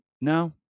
no